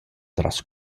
tras